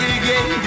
again